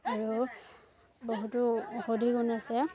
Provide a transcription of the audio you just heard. আৰু বহুতো ঔষধি গুণ আছে